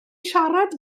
siarad